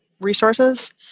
resources